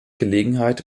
gelegenheit